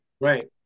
right